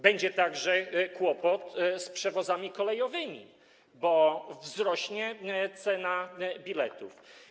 Będzie także kłopot z przewozami kolejowymi, bo wzrośnie cena biletów.